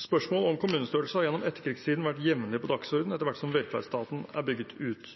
Spørsmål om kommunestørrelse har gjennom etterkrigstiden vært jevnlig på dagsordenen etter hvert som velferdsstaten er bygget ut.